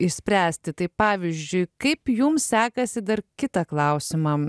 išspręsti tai pavyzdžiui kaip jums sekasi dar kitą klausimą